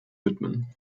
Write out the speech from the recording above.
widmen